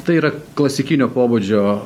tai yra klasikinio pobūdžio